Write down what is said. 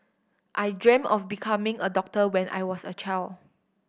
I dreamt of becoming a doctor when I was a child